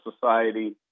society